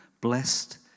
Blessed